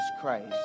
Christ